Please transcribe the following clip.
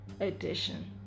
edition